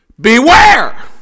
beware